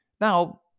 Now